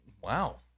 Wow